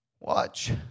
Watch